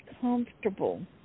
comfortable